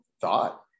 thought